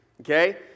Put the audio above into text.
okay